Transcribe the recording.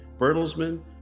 Bertelsmann